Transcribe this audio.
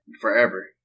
forever